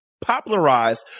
popularized